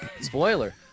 Spoiler